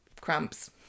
cramps